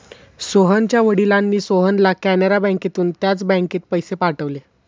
सोहनच्या वडिलांनी सोहनला कॅनरा बँकेतून त्याच बँकेत पैसे पाठवले